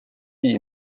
wie